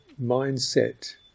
mindset